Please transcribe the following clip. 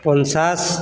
পঞ্চাছ